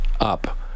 up